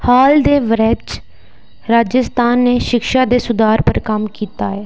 हाल दे ब'रे च राजस्थान ने शिक्षा दे सुधार पर कम्म कीता ऐ